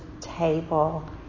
table